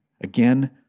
again